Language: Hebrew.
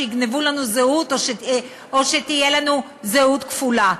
שיגנבו לנו זהות או שתהיה לנו זהות כפולה.